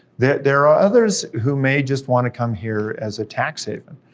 there there are others who may just wanna come here as a tax haven,